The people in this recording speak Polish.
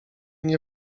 nie